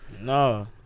No